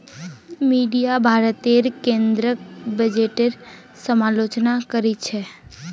media भारतेर केंद्रीय बजटेर समालोचना करील छेक